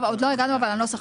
עוד לא הגענו לנוסח.